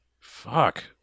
fuck